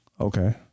Okay